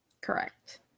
Correct